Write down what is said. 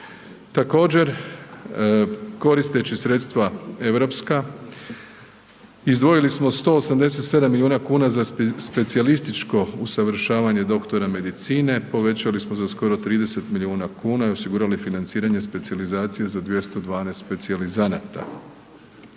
Također, koristeći sredstva europska izdvojili smo 187 milijuna kuna za specijalističko usavršavanje doktora medicine, povećali smo za skoro 30 milijuna kuna i osigurali financiranje specijalizacije za 212 specijalizanata.